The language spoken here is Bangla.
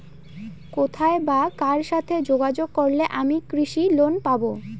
কোথায় বা কার সাথে যোগাযোগ করলে আমি কৃষি লোন পাব?